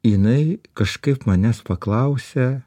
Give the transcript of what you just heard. jinai kažkaip manęs paklausia